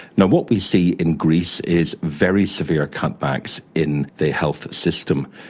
and what we see in greece is very severe cutbacks in the health system,